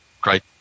great